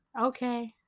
Okay